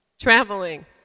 traveling